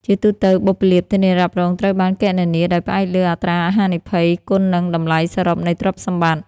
ជាទូទៅ បុព្វលាភធានារ៉ាប់រងត្រូវបានគណនាដោយផ្អែកលើ អត្រាហានិភ័យ គុណនឹង តម្លៃសរុបនៃទ្រព្យសម្បត្តិ។